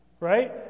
Right